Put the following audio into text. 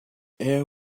air